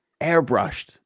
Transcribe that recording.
airbrushed